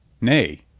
nay,